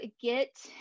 get